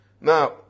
Now